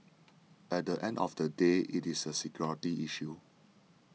at the end of the day it is a security issue